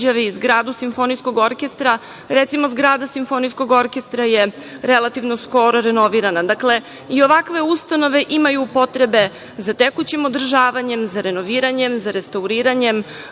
zgradu simfonijskog orkestra. Recimo, zgrada simfonijskog orkestra je relativno skoro renovirana. Dakle, i ovakve ustanove imaju potrebe za tekućem održavanjem, za renoviranjem, za restauriranjem,